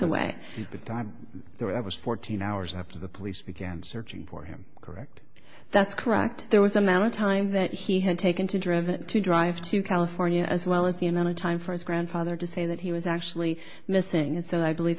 away that i was fourteen hours after the police began searching for him correct that's correct there was amount of time that he had taken to driven to drive to california as well as the amount of time for his grandfather to say that he was actually missing and so i believe